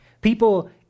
people